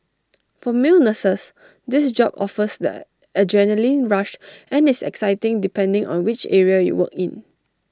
for male nurses this job offers that adrenalin rush and is exciting depending on which area you work in